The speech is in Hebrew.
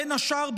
בין השאר,